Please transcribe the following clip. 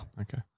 Okay